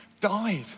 died